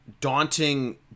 daunting